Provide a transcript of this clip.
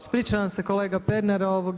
Ispričavam se kolega Pernar.